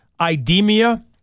Idemia